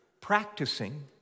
practicing